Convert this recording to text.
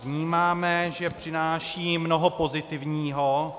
Vnímáme, že přináší mnoho pozitivního.